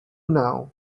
now